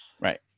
Right